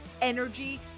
energy